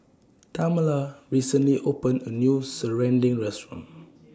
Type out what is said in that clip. Tamala recently opened A New Serunding Restaurant